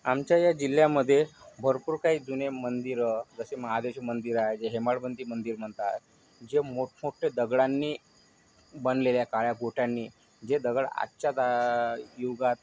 आमच्या ह्या जिल्ह्यामध्ये भरपूर काही जुने मंदिरं जसे महादेवाचे मंदिर आहे जे हेमाडपंथी मंदिर म्हणतात जे मोठमोठे दगडांनी बनलेल्या काळ्या कोठ्यांनी जे दगड आजच्या का युगात